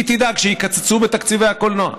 היא תדאג שיקצצו בתקציבי הקולנוע,